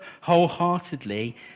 wholeheartedly